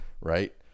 right